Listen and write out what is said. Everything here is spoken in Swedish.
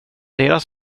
deras